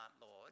Lord